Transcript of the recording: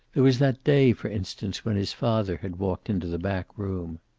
there was that day, for instance, when his father had walked into the back room.